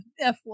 F1